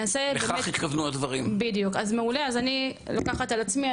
אז אני לוקחת על עצמי,